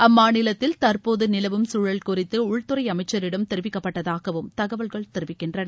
அம்மாநிலத்தில் தற்போது நிலவும் சூழல் குறித்து உள்துறை அமைச்சிடம் தெரிவிக்கப்பட்டதாகவும் தகவல்கள் தெரிவிக்கின்றன